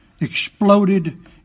exploded